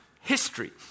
history